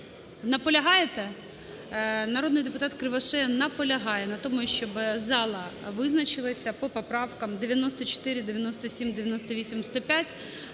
Наполягаєте? Народний депутат Кривошея наполягає на тому, щоб зала визначалася по поправкам 94, 97, 98, 105.